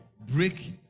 break